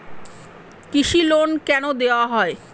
কৃষি লোন কেন দেওয়া হয়?